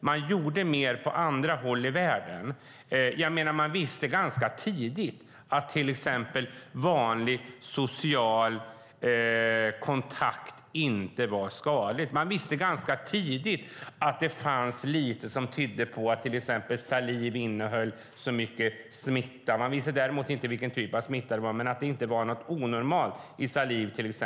Man gjorde mer på andra håll i världen. Man visste ganska tidigt att till exempel vanlig social kontakt inte var skadlig. Man visste ganska tidigt att det var lite som tydde på att till exempel saliv innehöll smitta. Man visste däremot inte vilken typ av smitta det var, men man visste att det inte fanns något onormalt i saliv.